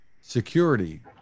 security